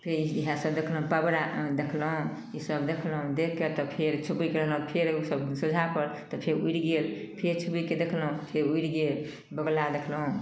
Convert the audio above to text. फेर इएहसब देखलहुँ पबरा देखलहुँ ईसब देखलहुँ देखिके तऽ फेर छुपकि गेलहुँ फेर ओसब सोझाँ पड़ल तऽ फेर उड़ि गेल फेर छुपकिके देखलहुँ फेर उड़ि गेल बौगुला देखलहुँ